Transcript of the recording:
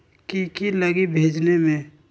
की की लगी भेजने में?